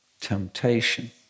temptation